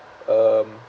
um